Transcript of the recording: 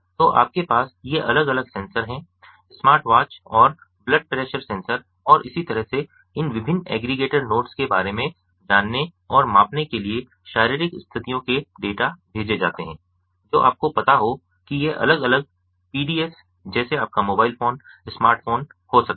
तो आपके पास ये अलग अलग सेंसर हैं स्मार्ट वॉच और ब्लड प्रेशर सेंसर और इसी तरह से इन विभिन्न एग्रीगेटर नोड्स के बारे में जानने और मापने के लिए शारीरिक स्थितियों के डेटा भेजे जाते हैं जो आपको पता हो कि ये अलग अलग पीडीएस जैसे आपका मोबाइल फोन स्मार्टफोन हो सकते हैं